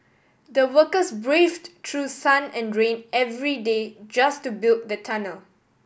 the workers braved through sun and rain every day just to build the tunnel